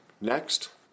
Next